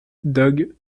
dogue